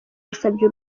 yasabye